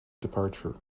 departure